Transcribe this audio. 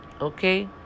Okay